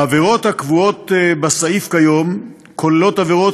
העבירות הקבועות בסעיף כיום כוללות עבירות